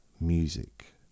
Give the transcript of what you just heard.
music